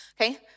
okay